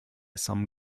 some